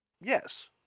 Yes